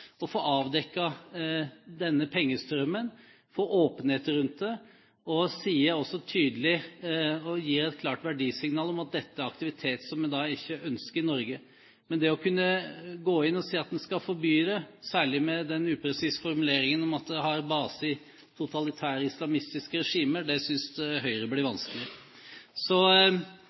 å få avdekket denne pengestrømmen, få åpenhet rundt det, og også tydelig sier og gir et klart verdisignal om at dette er aktivitet som en ikke ønsker i Norge. Men det å gå inn og si at en skal kunne forby det, særlig med den upresise formuleringen om at det har «base i totalitære, islamistiske regimer», synes Høyre blir vanskelig.